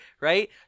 Right